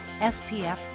spf